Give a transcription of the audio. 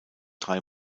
drei